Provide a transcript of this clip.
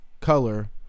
Color